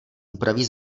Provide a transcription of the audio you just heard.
upraví